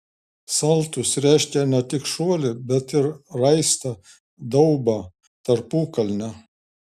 saltus reiškia ne tik šuolį bet ir raistą daubą tarpukalnę